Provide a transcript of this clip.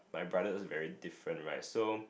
my brother is very different right so